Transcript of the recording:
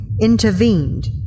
intervened